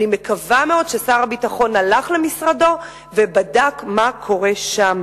אני מקווה מאוד ששר הביטחון הלך למשרדו ובדק מה קורה שם.